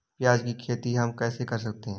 प्याज की खेती हम कैसे कर सकते हैं?